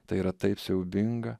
tai yra taip siaubinga